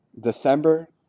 December